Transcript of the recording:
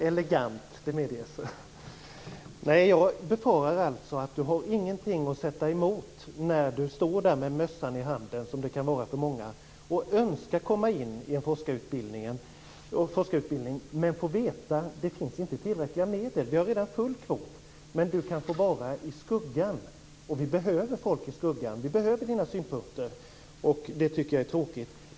Fru talman! Det var elegant - det medges! Jag befarar att du inte har något att sätta emot när du står där med mössan i handen och önskar komma in i en forskarutbildning men får veta att det inte finns tillräckliga medel. - Vi har redan full kvot. Men du kan få vara i skuggan. Vi behöver folk i skuggan. Vi behöver dina synpunkter. Det tycker jag är tråkigt.